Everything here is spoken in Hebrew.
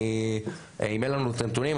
כי אם אין לנו את הנתונים,